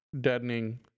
deadening